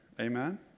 Amen